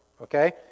Okay